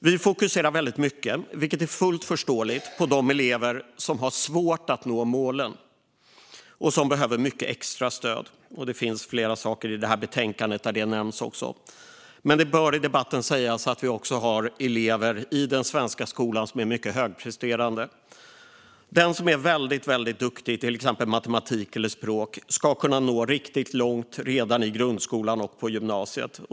Vi fokuserar väldigt mycket, vilket är fullt förståeligt, på de elever som har svårt att nå målen och som behöver mycket extra stöd. Det nämns också i flera avseenden i detta betänkande. Men det bör i debatten sägas att vi också har elever i den svenska skolan som är mycket högpresterande. Den som är väldigt, väldigt duktig i till exempel matematik eller språk ska kunna nå riktigt långt redan i grundskolan och på gymnasiet.